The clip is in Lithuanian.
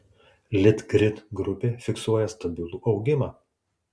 litgrid grupė fiksuoja stabilų augimą